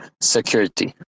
security